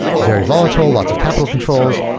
very volatile, lots of capital controls,